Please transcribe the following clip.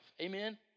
Amen